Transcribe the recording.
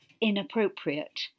inappropriate